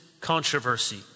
controversy